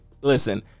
listen